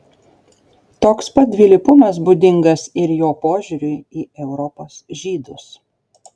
toks pat dvilypumas būdingas ir jo požiūriui į europos žydus